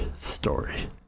story